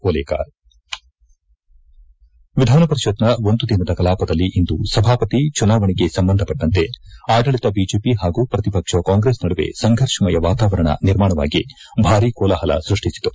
ಓಲೇಕಾರ್ ವಿಧಾನಪರಿಷತ್ನ ಒಂದು ದಿನದ ಕಲಾಪದಲ್ಲಿಂದು ಸಭಾಪತಿ ಚುನಾವಣೆಗೆ ಸಂಬಂಧಪಟ್ಟಂತೆ ಆಡಳಿತ ಬಿಜೆಪಿ ಹಾಗೂ ಪ್ರತಿಪಕ್ಷ ಕಾಂಗ್ರೆಸ್ ನಡುವೆ ಸಂಘರ್ಷಮಯ ವಾತಾವರಣ ನಿರ್ಮಾಣವಾಗಿ ಭಾರೀ ಕೋಲಾಹಲ ಸೃಷ್ಟಿಸಿತು